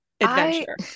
adventure